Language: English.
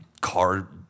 car